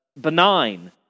benign